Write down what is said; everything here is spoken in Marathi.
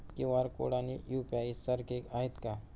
क्यू.आर कोड आणि यू.पी.आय सारखे आहेत का?